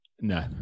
No